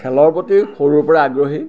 খেলৰ প্ৰতি সৰুৰ পৰাই আগ্ৰহী